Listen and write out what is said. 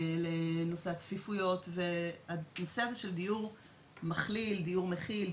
לנושא הצפיפות והנושא הזה של דיור מכליל / דיור מכיל /